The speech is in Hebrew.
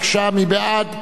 מי בעד?